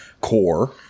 core